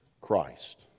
christ